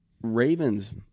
Ravens